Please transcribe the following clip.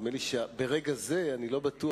נדמה לי שברגע זה, אני לא בטוח,